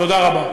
תודה רבה.